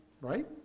right